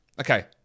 okay